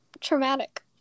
traumatic